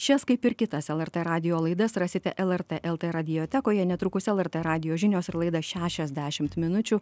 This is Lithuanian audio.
šias kaip ir kitas lrt radijo laidas rasite lrt lt radiotekoje netrukus lrt radijo žinios ir laida šešiasdešimt minučių